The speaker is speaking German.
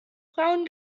frauen